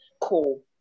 Cool